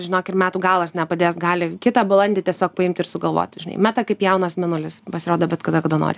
žinok ir metų galas nepadės gali kitą balandį tiesiog paimt ir sugalvoti meta kaip jaunas mėnulis pasirodo bet kada kada nori